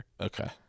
Okay